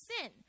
sin